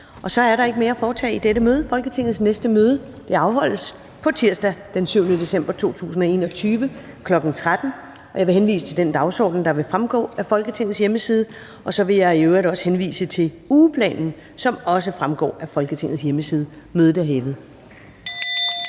Så er der ikke mere at foretage i dette møde. Folketingets næste møde afholdes på tirsdag, den 7. december 2021, kl. 13.00. Jeg vil henvise til den dagsorden, der vil fremgå af Folketingets hjemmeside, og så vil jeg i øvrigt også henvise til ugeplanen, som også fremgår af Folketingets hjemmeside. Mødet er hævet.